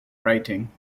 writing